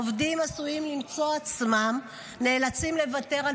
עובדים עשויים למצוא עצמם נאלצים לוותר על